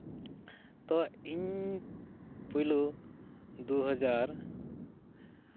ᱛᱚ ᱤᱧ ᱯᱳᱭᱞᱳ ᱫᱩ ᱦᱟᱡᱟᱨ